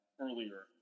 earlier